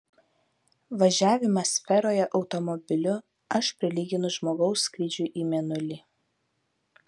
važiavimą sferoje automobiliu aš prilyginu žmogaus skrydžiui į mėnulį